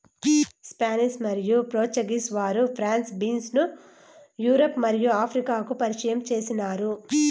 Spanish మరియు Portuguese వారు French beans ను యూరప్ మరియు ఆఫ్రికాకు పరిచయం చేసినారు